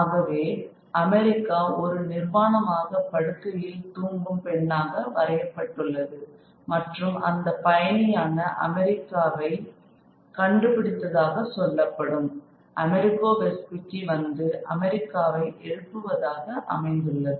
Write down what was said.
ஆகவே அமெரிக்கா ஒரு நிர்வாணமாக படுக்கையில் தூங்கும் பெண்ணாக வரையப்பட்டுள்ளது மற்றும் அந்தப் பயணியான அமெரிக்காவை கண்டுபிடித்ததாக சொல்லப்படும் அமெரிகோ வெஸ்புக்கி வந்து அமெரிக்காவை எழுப்புவதாக அமைந்துள்ளது